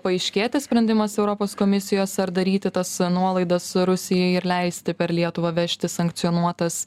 paaiškėti sprendimas europos komisijos ar daryti tas nuolaidas rusijai ir leisti per lietuvą vežti sankcionuotas